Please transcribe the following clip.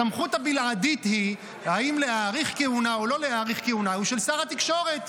הסמכות הבלעדית אם להאריך כהונה או לא להאריך כהונה היא של שר התקשורת.